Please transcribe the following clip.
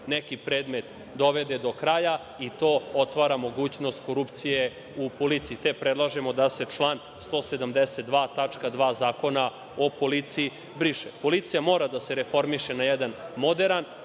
neki predmet dovede do kraja i to otvara mogućnost korupcije u policiji, te predlažemo da se član 172. tačka 2) Zakona o policiji briše. Policija mora da se reformiše na jedan moderan,